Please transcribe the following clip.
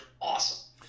awesome